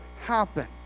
happen